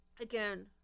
again